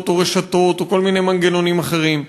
או רשתות או כל מיני מנגנונים אחרים.